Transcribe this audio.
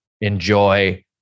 enjoy